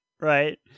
right